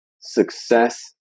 success